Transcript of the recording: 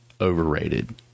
overrated